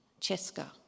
Cheska